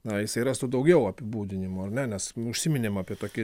na jisai rastų daugiau apibūdinimų ar ne nes užsiminėm apie tokį